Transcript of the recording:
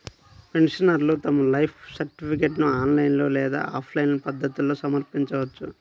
పెన్షనర్లు తమ లైఫ్ సర్టిఫికేట్ను ఆన్లైన్ లేదా ఆఫ్లైన్ పద్ధతుల్లో సమర్పించవచ్చు